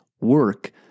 work